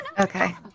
Okay